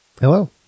hello